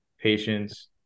patients